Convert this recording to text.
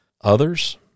Others